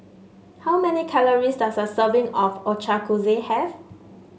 how many calories does a serving of Ochazuke have